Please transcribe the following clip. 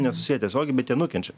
nesusiję tiesiogiai bet jie nukenčia